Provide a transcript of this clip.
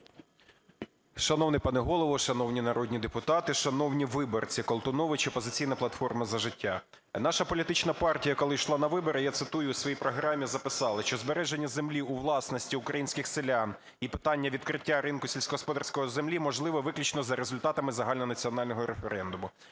Шановний пане Голово, шановні народні депутати, шановні виборці! Колтунович, "Опозиційна платформа - За життя". Наша політична партія, коли йшла на вибори, я цитую, у своїй програмі записали, що "збереження землі у власності українських селян і питання відкриття ринку сільськогосподарської землі можливо виключно за результатами загальнонаціонального референдуму".